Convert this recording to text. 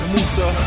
Musa